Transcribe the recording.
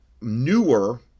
newer